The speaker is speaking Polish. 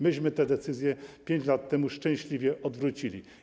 Myśmy tę decyzję 5 lat temu szczęśliwie odwrócili.